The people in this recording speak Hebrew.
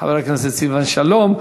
חבר הכנסת סילבן שלום.